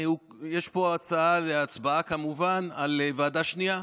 יש פה הצעה להצבעה, כמובן, על הוועדה השנייה,